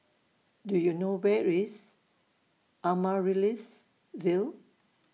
Do YOU know Where IS Amaryllis Ville